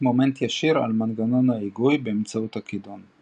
מומנט ישיר על מנגנון ההיגוי באמצעות הכידון.